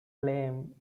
claimed